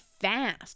fast